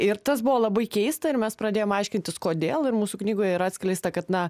ir tas buvo labai keista ir mes pradėjom aiškintis kodėl ir mūsų knygoje yra atskleista kad na